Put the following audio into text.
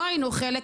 לא היינו חלק,